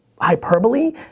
hyperbole